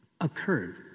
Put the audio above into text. occurred